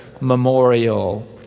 memorial